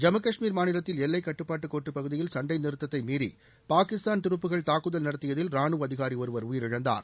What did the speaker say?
ஜம்மு காஷ்மீர் மாநிலத்தில் எல்லைக்கட்டுப்பாட்டு கோட்டுப் பகுதியில் சண்டை நிறுத்தத்தை மீறி பாகிஸ்தான் துருப்புகள் தாக்குதல் நடத்தியதில் ராணுவ அதிகாரி ஒருவர் உயிரிழந்தார்